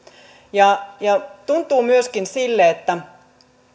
tuntuu myöskin siltä